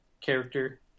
character